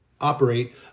operate